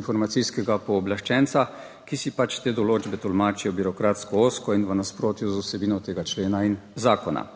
informacijskega pooblaščenca, ki si pač te določbe tolmačijo birokratsko ozko in v nasprotju z vsebino tega člena in zakona.